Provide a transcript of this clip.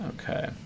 Okay